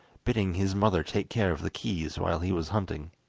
bidding his mother take care of the keys while he was hunting.